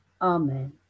Amen